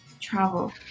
travel